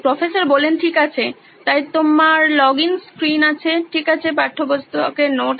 professor ঠিক আছে তাই তোমার লগইন স্ক্রিন আছে ঠিক আছে পাঠ্যপুস্তকের নোট